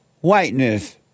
whiteness